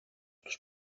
τους